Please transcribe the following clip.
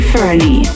Fernie